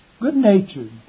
good-natured